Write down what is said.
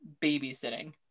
babysitting